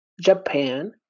Japan